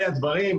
אלה הדברים,